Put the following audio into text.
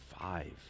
five